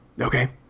Okay